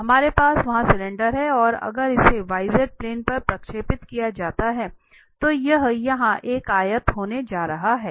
हमारे पास वहां सिलेंडर है और अगर इसे yz प्लेन पर प्रक्षेपित किया जाता है तो यह यहां एक आयत होने जा रहा है